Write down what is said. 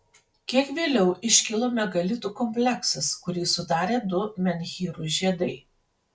kiek vėliau iškilo megalitų kompleksas kurį sudarė du menhyrų žiedai